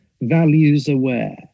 values-aware